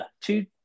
two